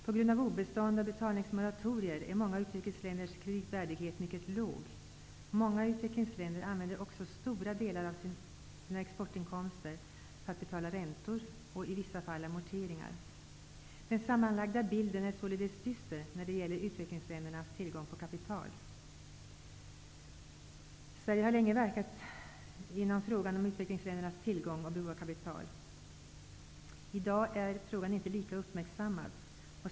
På grund av obestånd och betalningsmoratorier är många utvecklingsländers kreditvärdighet mycket låg. Många utvecklingsländer använder också stora delar av sina exportinkomster till att betala räntor och i vissa fall amorteringar. Den sammanlagda bilden är således dyster när det gäller utvecklingsländernas tillgång på kapital. Sverige har länge verkat i fråga om utvecklingsländernas tillgång till och behov av kapital. I dag är frågan inte lika uppmärksammad.